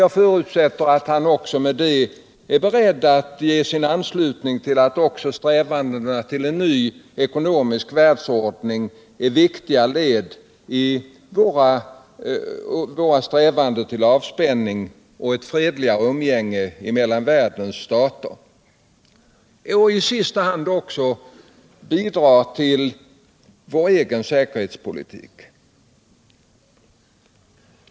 Jag förutsätter att han också är beredd att ge sin anslutning till strävandena mot en ny ekonomisk världsordning, som är ett viktigt led i avspänning och fredligt umgänge mellan världens stater och som i sista hand också bidrar till vår egen säkerhetspolitik.